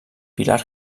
pilar